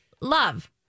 Love